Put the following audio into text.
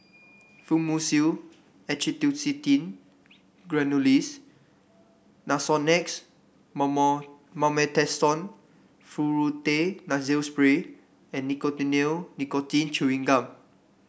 Fluimucil Acetylcysteine Granules Nasonex Mometasone Furoate Nasal Spray and Nicotinell Nicotine Chewing Gum